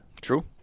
True